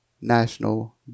National